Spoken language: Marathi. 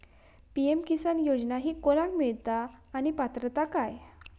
पी.एम किसान योजना ही कोणाक मिळता आणि पात्रता काय?